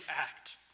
act